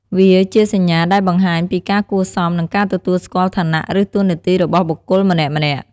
វាជាសញ្ញាដែលបង្ហាញពីការគួរសម និងការទទួលស្គាល់ឋានៈ ឬតួនាទីរបស់បុគ្គលម្នាក់ៗ។